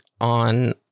on